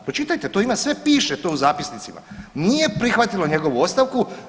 Pročitajte, to ima sve piše to u zapisnicima, nije prihvatilo njegovu ostavku.